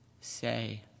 say